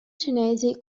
cinesi